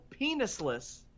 penisless